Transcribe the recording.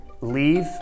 leave